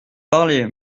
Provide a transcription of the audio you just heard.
parlez